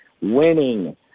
winning